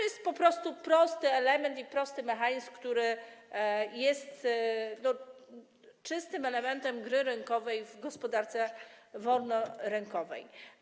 Jest to prosty element, prosty mechanizm, który jest czystym elementem gry rynkowej w gospodarce wolnorynkowej.